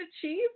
achieve